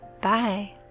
Bye